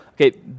okay